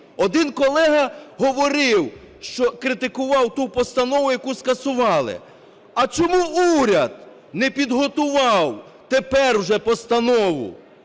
Один колега говорив, що критикував ту постанову, яку скасували. А чому уряд не підготував тепер уже постанову?